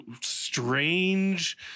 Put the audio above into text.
strange